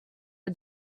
are